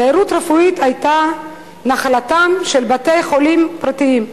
תיירות רפואית היתה נחלתם של בתי-חולים פרטיים,